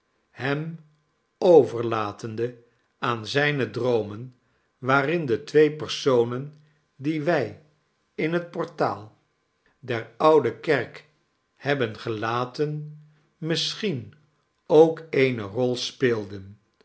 hem overlatende aan zijne droomen waarinde twee personen die wij in het portaal der oude kerk hebben gelaten misschien ook eene rol speelden